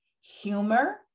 humor